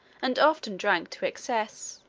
and often drank to excess.